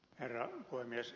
herra puhemies